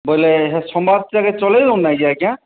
ବୋଇଲେ ଏ ସମ୍ବାଦ ଚଳିବ ନାଇଁ କି ଆଜ୍ଞା